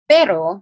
Pero